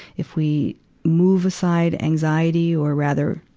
if we move aside anxiety, or rather,